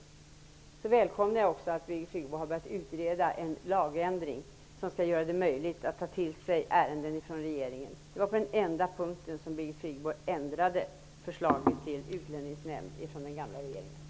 Jag välkomnar att Birgit Friggebo har börjat utreda en lagändring som skall göra det möjligt att ta till sig ärenden från regeringen. Det var den enda punkt där Birgit Friggebo ändrade förslaget till en utlänningsnämnd från den gamla regeringen.